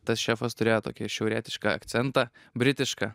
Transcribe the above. tas šefas turėjo tokį šiaurietišką akcentą britišką